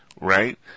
right